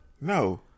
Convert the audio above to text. No